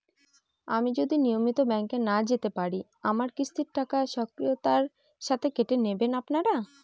আমি যদি নিয়মিত ব্যংকে না যেতে পারি আমার কিস্তির টাকা স্বকীয়তার সাথে কেটে নেবেন আপনারা?